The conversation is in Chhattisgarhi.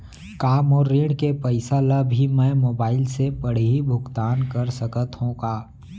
का मोर ऋण के पइसा ल भी मैं मोबाइल से पड़ही भुगतान कर सकत हो का?